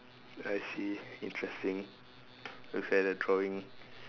I see interesting looks like the drawing